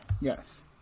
Yes